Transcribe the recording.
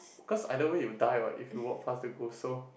cause either way you die what if you walk fast the ghost so